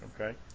okay